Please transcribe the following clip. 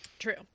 True